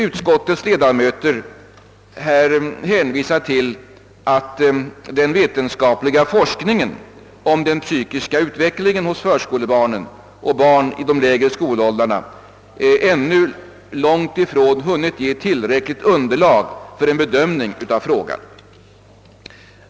Utskottsmajoriteten har nu hänvisat till att den vetenskapliga forskningen om den psykiska utvecklingen hos förskolebarnen och barn i de lägre skolåldrarna ännu långt ifrån hunnit ge tillräckligt underlag för en bedömning av frågan.